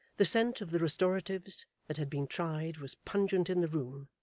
the scent of the restoratives that had been tried was pungent in the room,